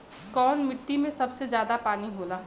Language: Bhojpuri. कौन मिट्टी मे सबसे ज्यादा पानी होला?